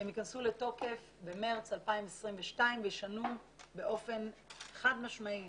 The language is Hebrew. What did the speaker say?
הן ייכנסו לתוקף במארס 2022 וישנו באופן חד משמעי